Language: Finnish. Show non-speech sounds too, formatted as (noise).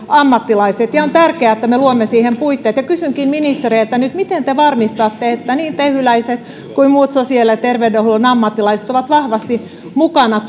ammattilaiset ja on tärkeää että me luomme siihen puitteet kysynkin ministereiltä nyt miten te varmistatte että niin tehyläiset kuin muut sosiaali ja terveydenhuollon ammattilaiset ovat vahvasti mukana (unintelligible)